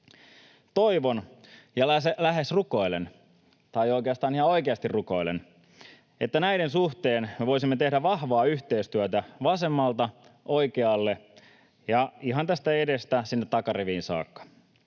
Toivon ja lähes rukoilen, tai oikeastaan ihan oikeasti rukoilen, että näiden suhteen me voisimme tehdä vahvaa yhteistyötä vasemmalta oikealle ja ihan tästä edestä sinne takariviin saakka.